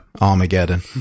Armageddon